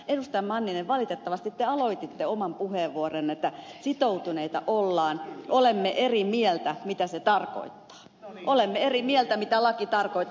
manninen valitettavasti te aloititte oman puheenvuoronne niin että sitoutuneita ollaan olemme eri mieltä miten se tarkoitti vain eri siitä mitä laki tarkoittaa